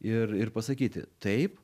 ir ir pasakyti taip